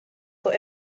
but